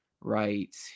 right